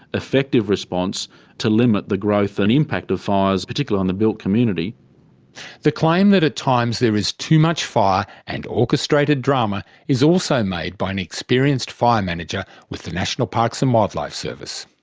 effective response to limit the growth and impact of fires, particularly on the built communitygregg the claim that at times there is too much fire and orchestrated drama is also made by an experienced fire manager with the national parks and wildlife service.